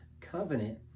covenant